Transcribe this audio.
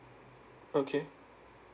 okay